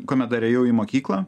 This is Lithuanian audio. kuomet dar ėjau į mokyklą